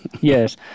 Yes